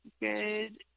good